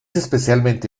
especialmente